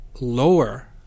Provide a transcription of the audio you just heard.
lower